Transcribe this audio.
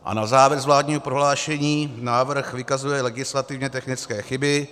A na závěr z vládního prohlášení: Návrh vykazuje legislativně technické chyby.